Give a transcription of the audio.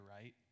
right